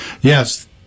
yes